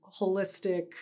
holistic